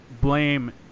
blame